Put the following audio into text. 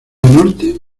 norte